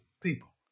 people